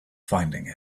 finding